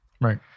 Right